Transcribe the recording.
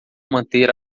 manter